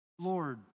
Lord